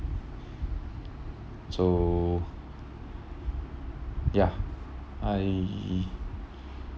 so ya I